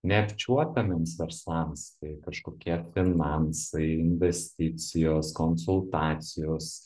neapčiuopiamiems verslams tai kažkokie finansai investicijos konsultacijos